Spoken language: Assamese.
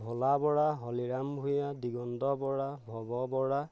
ভোলা বৰা হলিৰাম ভূঞা দিগন্ত বৰা ভৱ বৰা